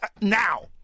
now